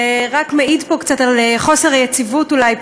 זה רק מעיד פה קצת על חוסר יציבות, אולי.